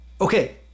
Okay